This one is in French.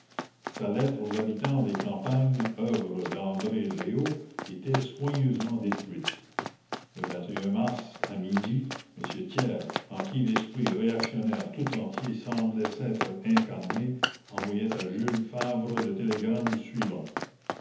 sa lettre aux habitants des campagnes œuvres d'andrée leo était soigneusement détruite e mars à midi m thiers en qui l'esprit réactionnaire tout entier semblait s'être incarné envoyait à jules favre le télégramme suivant